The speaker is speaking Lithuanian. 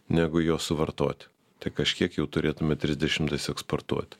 negu jos suvartoti tai kažkiek jau turėtume trisdešimtais eksportuoti